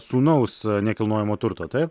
sūnaus nekilnojamo turto taip